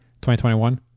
2021